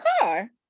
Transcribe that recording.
car